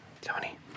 Tony